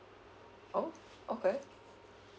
oh okay